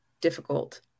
difficult